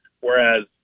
Whereas